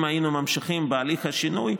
אם היינו ממשיכים בהליך השינוי,